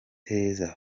thérèse